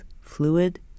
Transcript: fluid